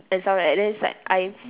and stuff like that then it's like I